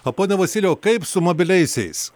o pone vasilijau kaip su mobiliaisiais